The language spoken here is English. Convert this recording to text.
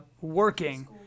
working